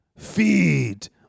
feed